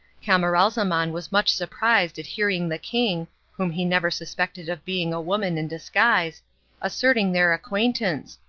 camaralzaman was much surprised at hearing the king whom he never suspected of being a woman in disguise asserting their acquaintance,